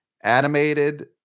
animated